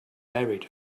buried